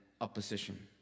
opposition